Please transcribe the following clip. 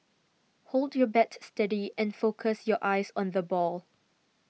hold your bat steady and focus your eyes on the ball